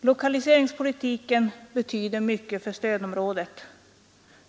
Lokaliseringspolitiken betyder mycket för stödområdet.